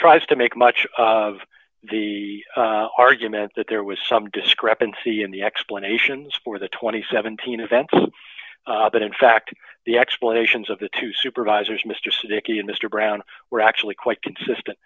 tries to make much of the argument that there was some discrepancy in the explanations for the two thousand and seventeen events but in fact the explanations of the two supervisors mr sticky and mr brown were actually quite consistent